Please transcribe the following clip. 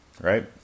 Right